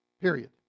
period